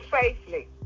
safely